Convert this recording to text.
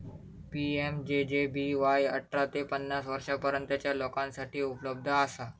PMJJBY अठरा ते पन्नास वर्षांपर्यंतच्या लोकांसाठी उपलब्ध असा